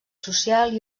social